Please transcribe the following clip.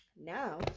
now